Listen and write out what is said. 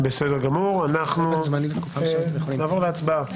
אני מעלה להצבעה.